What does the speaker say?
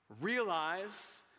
realize